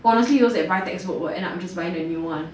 honestly those buy textbook will end up just buying the new one